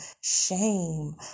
shame